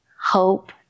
hope